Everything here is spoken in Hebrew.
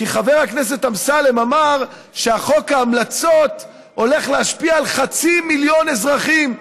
כי חבר הכנסת אמסלם אמר שחוק ההמלצות הולך להשפיע על חצי מיליון אזרחים,